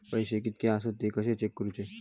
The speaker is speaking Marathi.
पैसे कीतके आसत ते कशे चेक करूचे?